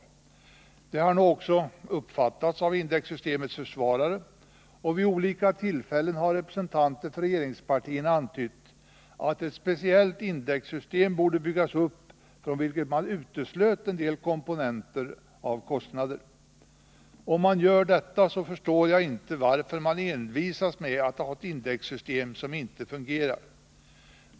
Detta har nu också uppfattats av indexsystemets försvarare, och vid olika tillfällen har representanter för regeringspartierna antytt att ett speciellt indexsystem borde byggas upp från vilket man uteslöt en del kostnadskomponenter. Om man gör detta förstår jag inte varför man envisas med att ha ett indexsystem som inte fungerar.